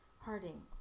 Harding